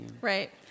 Right